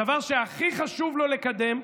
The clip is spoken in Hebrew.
הדבר שהכי חשוב לו לקדם,